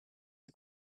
dei